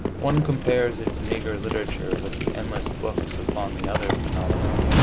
one compares its meagre literature with the endless books upon the other phenomena